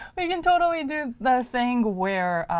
we can totally do the thing where